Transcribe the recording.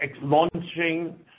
launching